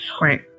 Right